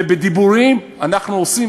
בדיבורים: אנחנו עושים,